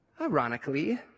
Ironically